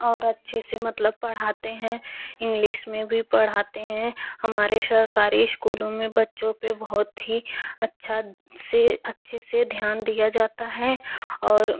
और अच्छे से मतलब पढ़ाते हैं इंग्लिस में भी पढ़ाते हैं हमारे सरकारी स्कूलों में बच्चों पर बहुत ही अच्छे से अच्छे से ध्यान दिया जाता है और